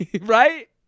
Right